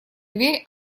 дверь